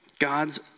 God's